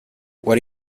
what